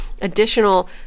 additional